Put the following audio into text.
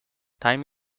time